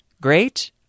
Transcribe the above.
great